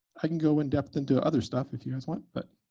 i can go in depth into other stuff if you guys want, but